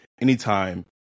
anytime